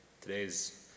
Today's